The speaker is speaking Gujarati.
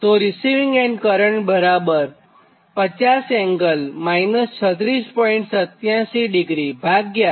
તો રીસિવીંગ એન્ડ કરંટ બરાબર 50∠ 36